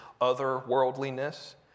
otherworldliness